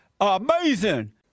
Amazing